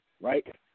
right